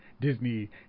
Disney